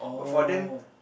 but for them